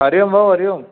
हरि ओम भाउ हरि ओम